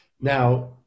Now